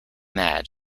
mad